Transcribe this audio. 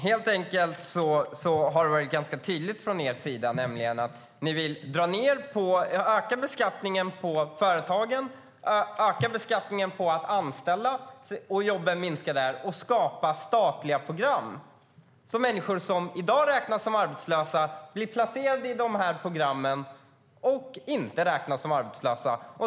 Fru talman! Det har varit ganska tydligt från er sida, Ylva Johansson, att ni vill öka beskattningen på företagen, på att anställa, vilket leder till att jobben minskar. I stället vill ni skapa statliga program. De människor som i dag räknas som arbetslösa blir placerade i dessa program. Då räknas de inte som arbetslösa.